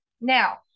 now